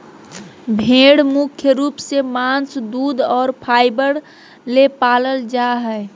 भेड़ मुख्य रूप से मांस दूध और फाइबर ले पालल जा हइ